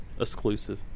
exclusive